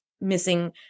Missing